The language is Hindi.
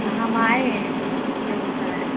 तो हम आएँ बेगूसराय